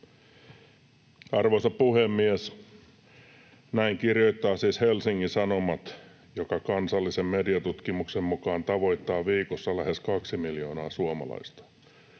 Arvoisa puhemies! Näin kirjoittaa siis Helsingin Sanomat, joka Kansallisen mediatutkimuksen mukaan tavoittaa viikossa lähes 2 miljoonaa suomalaista.